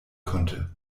konnte